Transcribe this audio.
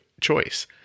choice